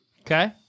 Okay